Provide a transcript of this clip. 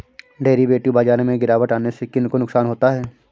Derivative बाजार में गिरावट आने से किन को नुकसान होता है?